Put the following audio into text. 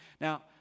Now